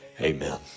Amen